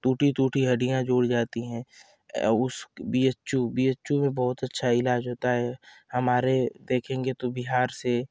टूटी टूटी हड्डियाँ जुड़ जाती हें उस हासपिटल हासपिटल में बहुत अच्छा इलाज़ होता है हमारे देखेंगे तो बिहार से